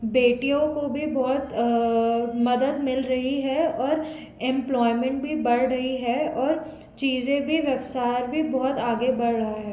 बेटियों काे भी बहुत मदद मिल रही है और एम्प्लॉयमेंट भी बढ़ रहा है और चीज़ें भी व्यवसाय भी बहुत आगे बढ़ रहा है